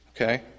Okay